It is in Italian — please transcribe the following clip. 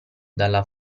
dalla